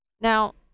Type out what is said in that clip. now